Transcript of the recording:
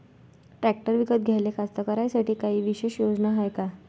Tractor विकत घ्याले कास्तकाराइसाठी कायी विशेष योजना हाय का?